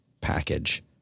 package